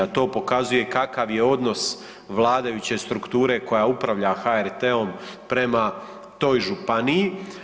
To pokazuje kakav je odnos vladajuće strukture koja upravlja HRT-om prema toj županiji.